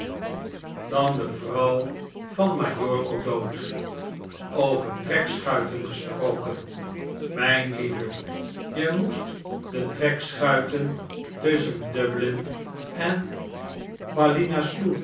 dan de vrouw van majoor o'dowd over trekschuiten gesproken mijn lieve je moest de trekschuiten tusschen dublin en